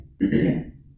yes